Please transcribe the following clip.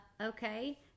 okay